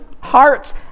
hearts